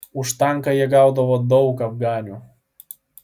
už tanką jie gaudavo daug afganių